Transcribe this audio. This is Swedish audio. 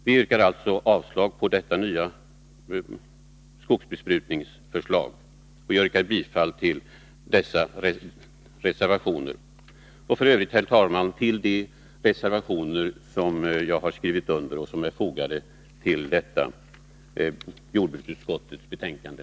Vi yrkar alltså avslag också på förslaget till ny skogsbesprutningslag. Jag yrkar bifall till reservationerna på nu berörda punkter och till de övriga reservationer som jag har skrivit under och som är fogade till detta jordbruksutskottets betänkande.